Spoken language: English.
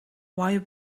why